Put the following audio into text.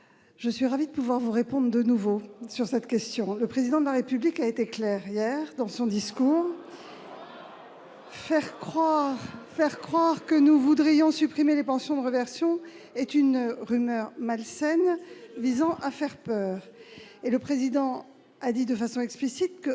je suis ravie de pouvoir vous répondre de nouveau sur cette question. Le Président de la République a été clair hier dans son discours. Pas pour tout le monde ! Faire croire que nous voudrions supprimer les pensions de réversion est une rumeur malsaine visant à faire peur. Le Président de la République a dit de façon explicite que